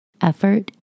effort